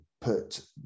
put